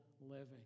living